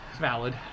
Valid